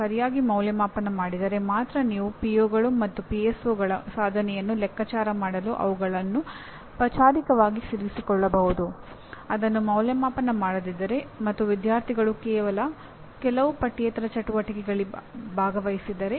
engineering ನಲ್ಲಿ UG ಮತ್ತು PG ಕಾರ್ಯಕ್ರಮಗಳನ್ನು ನಡೆಸುವ ಹೆಚ್ಚಿನ ಉನ್ನತ ಶಿಕ್ಷಣ ಸಂಸ್ಥೆಗಳು ತಮ್ಮ ಕಾರ್ಯಕ್ರಮಗಳಿಗೆ ರಾಷ್ಟ್ರೀಯ ಮಾನ್ಯತೆ ಮಂಡಳಿಯ ಮಾನ್ಯತೆ ಪಡೆಯಲು ನಿರೀಕ್ಷಿಸುತ್ತಾರೆ